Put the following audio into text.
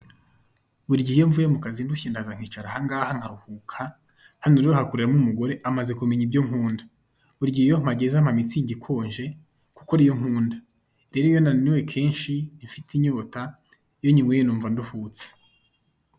Buri gihe iyo mvuye mu kazi ndushye ndaza nkicara aha ngaha nkaruhuka, hano rero hakoreramo umugore amenya ibyo nkunda. Burigihe iyo mpageze ampa mitsingi ikonje kuko niyo nkunda, rero iyo nananiwe kenshi mfite inyota iyo nyinyweye numva nduhutse.